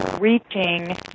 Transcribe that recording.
reaching